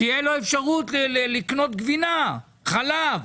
שתהיה לו אפשרות לקנות גבינה, חלב.